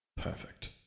Perfect